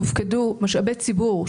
משאבי ציבור,